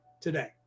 today